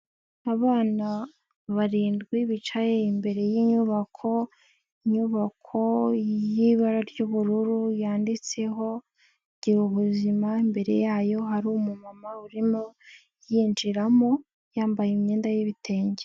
Abana barindwi bicaye imbere y'inyubako, inyubako yibara ry'ubururu yanditseho gira ubuzima imbere yayo hari umu mama urimo yinjiramo yambaye imyenda y'ibitenge.